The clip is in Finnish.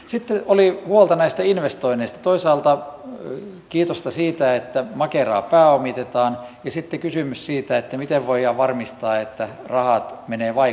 sitten oli huolta näistä investoinneista toisaalta kiitosta siitä että makeraa pääomitetaan ja sitten kysymys siitä miten voidaan varmistaa että rahat menevät vaikuttavasti